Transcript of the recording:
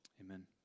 Amen